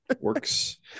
works